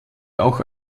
auch